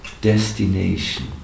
destination